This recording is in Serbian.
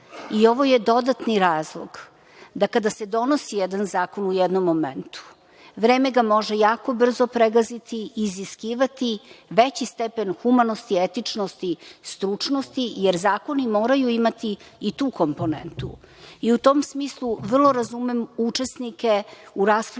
i ovo je dodatni razlog da kada se donosi jedan zakon u jednom momentu, vreme ga može jako brzo pregaziti i iziskivati veći stepen humanosti, etičnosti, stručnosti, jer zakoni moraju imati i tu komponentu.U tom smislu, vrlo razumem učesnike u raspravi